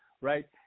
right